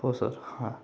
हो सर हां